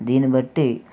దీన్ని బట్టి